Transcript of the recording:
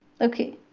Okay